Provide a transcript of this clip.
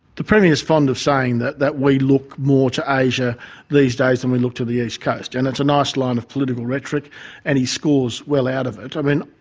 the premier's fond of saying that that we look more to asia these days than we look to the east coast and it's a nice line of political rhetoric and he scores well out of it. i mean,